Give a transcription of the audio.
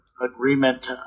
agreement